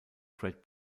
great